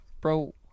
bro